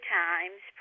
times